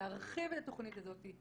להרחיב את התוכנית הזאת,